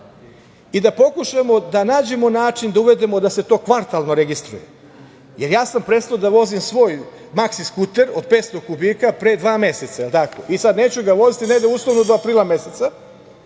i da pokušamo da nađemo način da uvedemo da se to kvartalno registruje. Prestao sam da vozim svoj maksi skuter od 500 kubika pre dva meseca i sad ga neću voziti, uslovno negde do aprila meseca